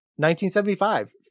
1975